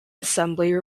assembly